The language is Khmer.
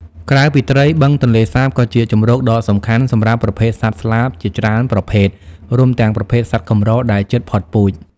ក្រៅពីត្រី បឹងទន្លេសាបក៏ជាជម្រកដ៏សំខាន់សម្រាប់ប្រភេទសត្វស្លាបជាច្រើនប្រភេទ រួមទាំងប្រភេទសត្វកម្រដែលជិតផុតពូជ។